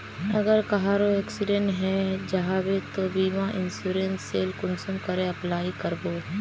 अगर कहारो एक्सीडेंट है जाहा बे तो बीमा इंश्योरेंस सेल कुंसम करे अप्लाई कर बो?